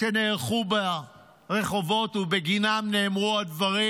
שנערכו ברחובות ובגינן נאמרו הדברים,